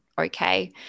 Okay